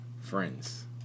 friends